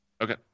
Okay